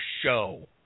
show